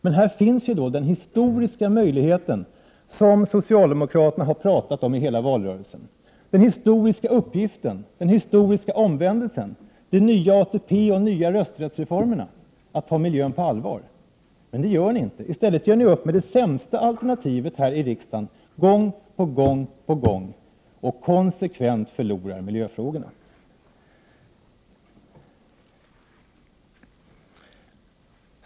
Men här finns ju den historiska möjligheten som socialdemokraterna har pratat om i hela valrörelsen, den historiska uppgiften, den historiska omvändelsen, de nya ATP och rösträttsreformerna och att ta miljön på allvar. Men det gör ni inte. I stället gör ni upp 25 med det sämsta alternativet här i riksdagen gång på gång, och konsekvent förlorar miljöfrågorna.